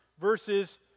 verses